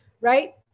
right